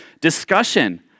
discussion